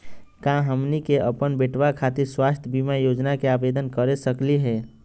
का हमनी के अपन बेटवा खातिर स्वास्थ्य बीमा योजना के आवेदन करे सकली हे?